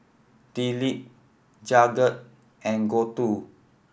Dilip Jagat and Gouthu